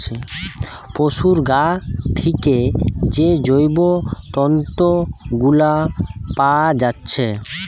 পোশুর গা থিকে যে জৈব তন্তু গুলা পাআ যাচ্ছে